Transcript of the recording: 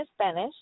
Spanish